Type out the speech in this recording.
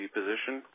position